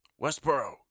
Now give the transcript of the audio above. Westboro